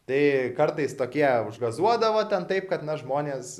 tai kartais tokie užgazuodavo ten taip kad na žmonės